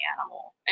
animal